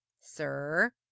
Sir